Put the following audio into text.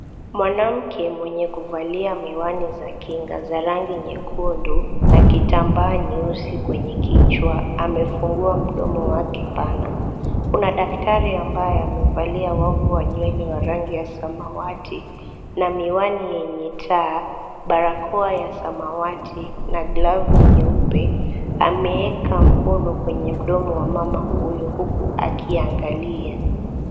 Mwanamke mwenye kuvalia miwani za kinga za rangi nyekundu na kitambaa nyeusi kwenye kichwa amefungua mdomo wake pana. Kuna daktari ambaye amevalia wavu wa nywele wa rangi ya samawati na miwani yenye taa, barakoa ya samawati na glavu nyeupe, ameweka mkono kwenye mdomo wa mama huyo huku akiangalia.